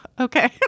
okay